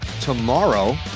tomorrow